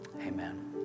Amen